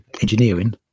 engineering